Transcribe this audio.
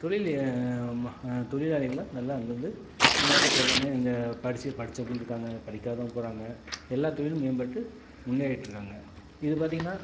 தொழில் ம தொழிலாளிகலாம் நல்லா அங்கே இருந்து வேலைக்கு எல்லாமே இங்கே படித்து படிச்சவங்களும் இருக்காங்க படிக்காதவங்க போகிறாங்க எல்லா தொழிலும் மேம்பட்டு முன்னேறிட்டுருக்காங்க இதை பார்த்திங்கன்னா